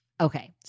Okay